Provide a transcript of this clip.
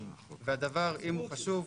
ואם הדבר חשוב,